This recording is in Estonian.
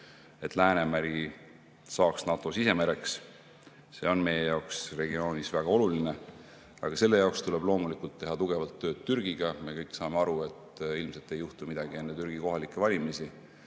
et Läänemeri saaks NATO sisemereks. See on meie jaoks regioonis väga oluline. Aga selle jaoks tuleb loomulikult teha tugevalt tööd Türgiga. Me kõik saame aru, et ilmselt ei juhtu midagi enne Türgi kohalikke valimisi.